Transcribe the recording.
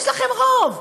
יש לכם רוב,